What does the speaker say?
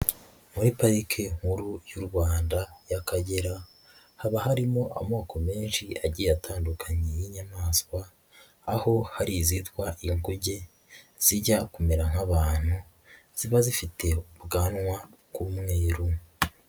Muri parike nkuru y'u Rwanda y'akagera, haba harimo amoko menshi agiye atandukanye y'inyamaswa, aho hari izitwa inguge zijya kumera nk'abantu, ziba zifite ubwanwa bw'umweru.